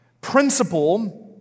principle